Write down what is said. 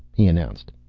he announced.